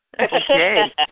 Okay